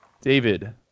David